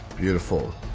beautiful